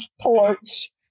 porch